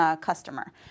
customer